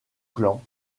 clan